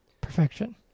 Perfection